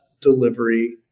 delivery